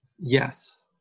Yes